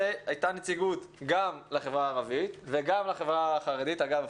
נציגות גם לחברה הערבית וגם לחברה החרדית אגב,